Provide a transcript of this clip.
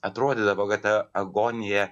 atrodydavo kad ta agonija